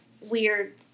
weird